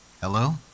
Hello